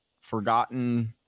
forgotten